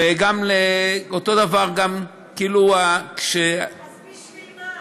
ואותו דבר גם, אז בשביל מה?